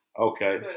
okay